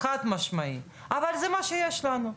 חד משמעית, אבל זה מה שיש לנו.